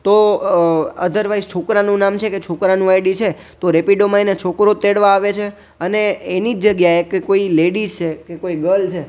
તો અધરવાઇસ છોકરાનું નામ છે કે છોકરાનું આઈડી છે તો રેપીડોમાં એને છોકરો જ તેડવા આવે છે અને એની જ જગ્યાએ કે કોઈ લેડીઝ છે કે કોઈ ગર્લ છે